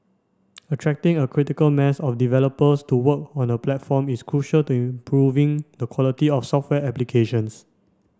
attracting a critical mass of developers to work on the platform is crucial to improving the quality of software applications